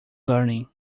learning